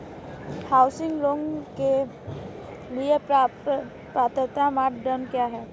Housing loan के लिए पात्रता मानदंड क्या हैं?